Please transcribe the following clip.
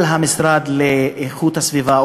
על המשרד לאיכות הסביבה,